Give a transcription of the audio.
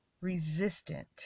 resistant